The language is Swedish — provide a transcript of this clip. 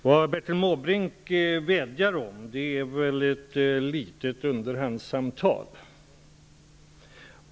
Vad Bertil Måbrink vädjar om är väl ett litet underhandssamtal.